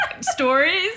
stories